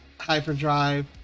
Hyperdrive